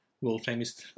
world-famous